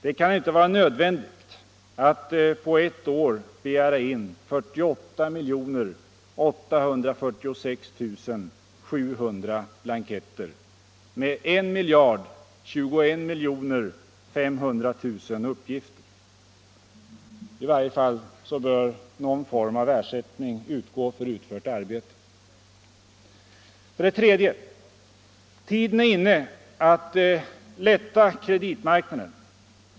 Det kan inte vara nödvändigt att på ett år begära in 48 846 700 blanketter med 1021 500 000 uppgifter. I varje fall bör någon form av ersättning utgå för utfört arbete med att ifylla blanketter. 3. Tiden är inne att lätta kreditmarknaden.